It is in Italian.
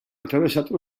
attraversato